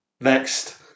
next